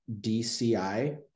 dci